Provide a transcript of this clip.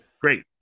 great